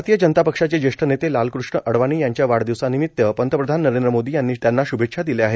भारतीय जनता पक्षाचे ज्येष्ठ नेते लालकृष्ण अडवाणी यांच्या वाढदिवसानिमित्त पंतप्रधान नरेंद्र मोदी यांनी श्भेच्छा दिल्या आहेत